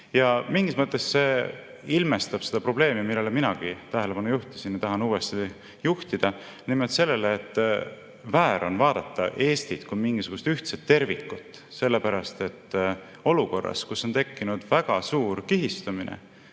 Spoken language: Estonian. Mingis mõttes see ilmestab seda probleemi, millele minagi tähelepanu juhtisin ja tahan uuesti juhtida, nimelt sellele, et väär on vaadata Eestit kui mingisugust ühtset tervikut, sellepärast et olukorras, kus on tekkinud väga suur kihistumine,